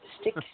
stick